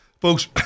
Folks